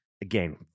Again